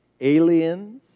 aliens